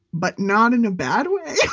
but not in a bad way